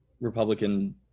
Republican